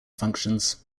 functions